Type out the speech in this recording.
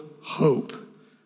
hope